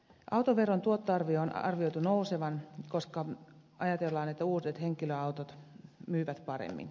autoveron tuottoarvion on arvioitu nousevan koska ajatellaan että uudet henkilöautot myyvät paremmin